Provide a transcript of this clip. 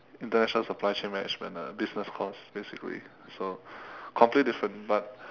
international supply ship management a business course basically so completely different but